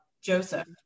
Joseph